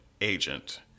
agent